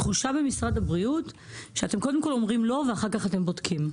התחושה ממשרד הבריאות היא שאתם קודם כול אומרים לא ואחר כך אתם בודקים.